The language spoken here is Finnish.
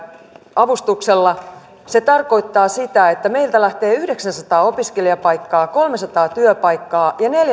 avustuksella se tarkoittaa sitä että meiltä lähtee yhdeksänsataa opiskelijapaikkaa kolmesataa työpaikkaa ja